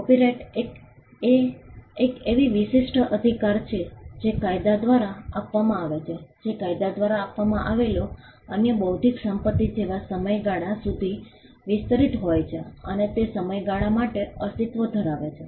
copyright એ એક વિશિષ્ટ અધિકાર છે જે કાયદા દ્વારા આપવામાં આવે છે જે કાયદા દ્વારા આપવામાં આવેલો અન્ય બૌદ્ધિક સંપત્તિ જેવા સમયગાળા સુધી વિસ્તરિત હોય છે અને તે સમયગાળા માટે અસ્તિત્વ ધરાવે છે